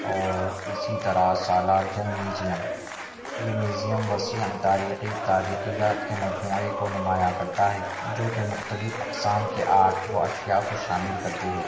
اور اِسی طرح سالار جنگ میوزیم یہ میوزیم وسیع اور تاریخی تاریخیات کے مجموعے کو نمایاں کرتا ہے جو کہ مختلف اقسام کے آرٹ و اشیاء کو شامل کرتے ہیں